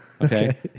Okay